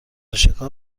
شکار